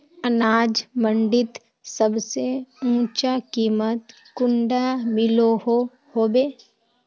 अनाज मंडीत सबसे ऊँचा कीमत कुंडा मिलोहो होबे?